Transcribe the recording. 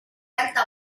alta